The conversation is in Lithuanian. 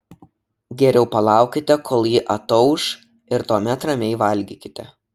geriau palaukite kol ji atauš ir tuomet ramiai valgykite